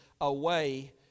away